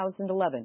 2011